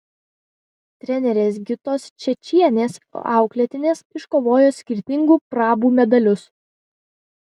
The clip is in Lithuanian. trenerės gitos čečienės auklėtinės iškovojo skirtingų prabų medalius